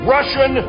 Russian